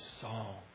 song